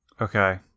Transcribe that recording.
Okay